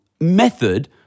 method